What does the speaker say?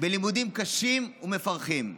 בלימודים קשים ומפרכים.